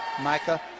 Micah